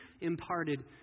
imparted